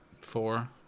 Four